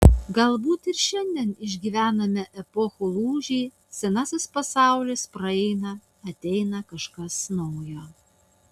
galbūt ir šiandien išgyvename epochų lūžį senasis pasaulis praeina ateina kažkas naujo